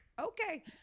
Okay